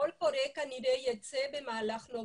הקול קורא כנראה ייצא במהלך נובמבר.